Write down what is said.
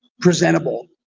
presentable